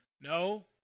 No